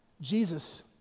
Jesus